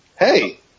Hey